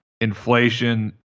inflation